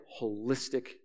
holistic